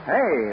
Hey